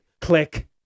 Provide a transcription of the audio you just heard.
Click